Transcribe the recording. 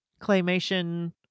claymation